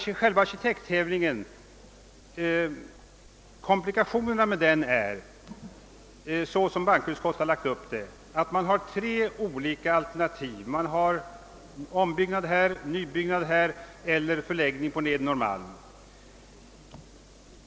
Komplikationerna med arkitekttävlingen är — såsom bankoutskottet har lagt upp den — att den omfattar tre olika alternativ: ombyggnad här, nybyggnad här och förläggning till Nedre Norrmalm.